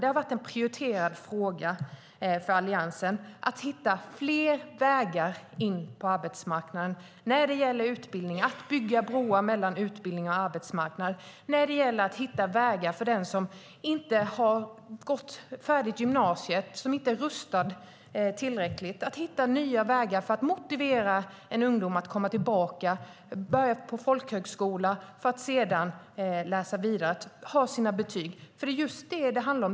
Det har varit en prioriterad fråga för Alliansen att hitta fler vägar in på arbetsmarknaden. Det handlar om utbildning, att bygga broar mellan utbildning och arbetsmarknad och att hitta vägar för den som inte har gått färdigt gymnasiet, som inte är rustad tillräckligt. Det handlar om att hitta nya vägar för att motivera en ungdom att komma tillbaka, att börja på folkhögskola för att sedan läsa vidare och få sina betyg. Det är just det som det handlar om.